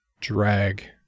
drag